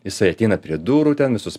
jisai ateina prie durų ten visus